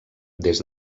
des